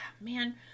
Man